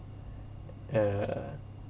yeah